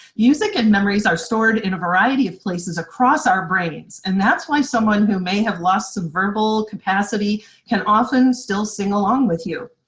music and memories are stored in a variety of places across our brains, and that's why someone who may have lost some verbal capacity can often still sing a long with you.